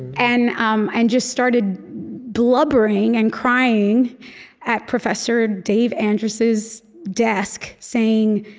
and um and just started blubbering and crying at professor dave andrus's desk, saying,